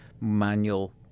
manual